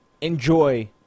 enjoy